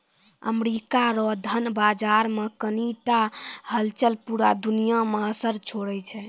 America रो धन बाजार मे कनी टा हलचल पूरा दुनिया मे असर छोड़ै छै